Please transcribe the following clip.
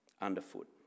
underfoot